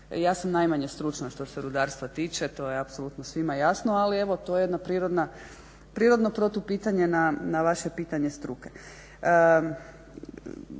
Ja sam najmanje stručna što se rudarstva tiče, to je apsolutno svima jasno ali evo to je jedna prirodno protupitanje na vaše pitanje struke.